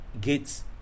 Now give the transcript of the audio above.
Gates